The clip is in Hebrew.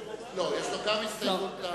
לא, יש לו גם הסתייגות מהותית.